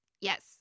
Yes